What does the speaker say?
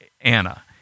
Anna